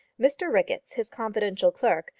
mr ricketts, his confidential clerk,